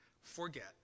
forget